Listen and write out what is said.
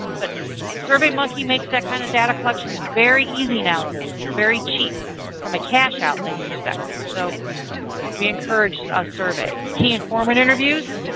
but survey monkey makes that kind of data collection very easy nowadays and very cheap from a cash outlay perspective. so we encourage ah surveys. key informer interviews.